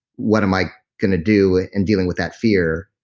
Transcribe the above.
what am i going to do in dealing with that fear?